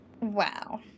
Wow